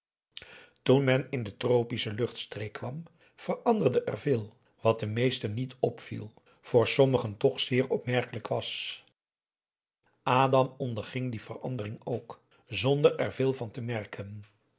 toen men in de tropische luchtstreek kwam veranderde er veel wat de meesten niet opviel voor sommigen toch zeer opmerkelijk was adam onderging die verandering ook zonder er veel van te merken